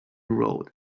road